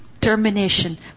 termination